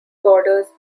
borders